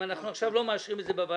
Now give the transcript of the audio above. אם אנחנו עכשיו לא מאשרים את זה בוועדה,